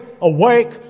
awake